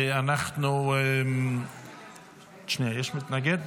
יש מתנגד?